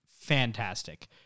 fantastic